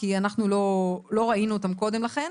כי אנחנו לא ראינו אותם קודם לכן.